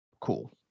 cool